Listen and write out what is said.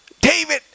David